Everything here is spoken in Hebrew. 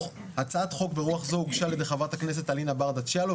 הצעת חוק ברוח זו הוגשה על ידי ח"כ אלינה ברדץ'-יאלוב,